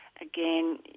again